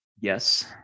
Yes